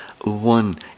one